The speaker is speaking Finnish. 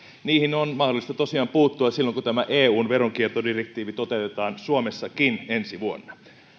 niihin on mahdollista tosiaan puuttua silloin kun tämä eun veronkiertodirektiivi toteutetaan suomessakin ensi vuonna